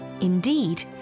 Indeed